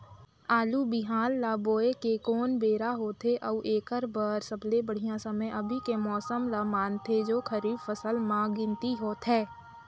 आलू बिहान ल बोये के कोन बेरा होथे अउ एकर बर सबले बढ़िया समय अभी के मौसम ल मानथें जो खरीफ फसल म गिनती होथै?